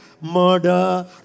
murder